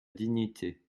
dignité